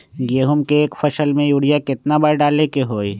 गेंहू के एक फसल में यूरिया केतना बार डाले के होई?